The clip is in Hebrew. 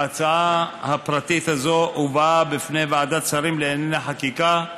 ההצעה הפרטית הזאת הובאה בפני ועדת שרים לענייני חקיקה,